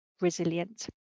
resilient